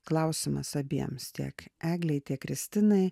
klausimas abiems tiek eglei tiek kristinai